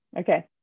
Okay